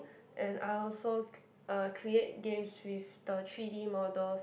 and I also uh create games with the three-d models